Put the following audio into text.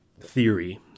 theory